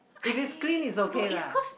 if is clean is okay lah